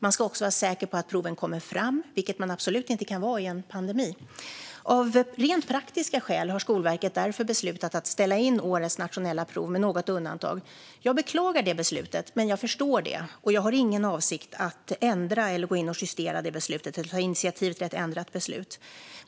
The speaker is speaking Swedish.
Man ska också vara säker på att proven kommer fram, vilket man absolut inte kan vara i en pandemi. Av rent praktiska skäl har Skolverket därför beslutat att ställa in årets nationella prov, med något undantag. Jag beklagar detta beslut, men jag förstår det. Jag har ingen avsikt att ändra eller gå in och justera beslutet eller ta initiativ till att ändra det.